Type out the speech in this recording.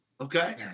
okay